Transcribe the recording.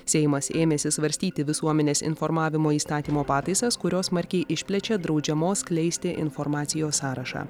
seimas ėmėsi svarstyti visuomenės informavimo įstatymo pataisas kurios smarkiai išplečia draudžiamos skleisti informacijos sąrašą